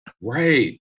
Right